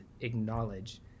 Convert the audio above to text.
acknowledge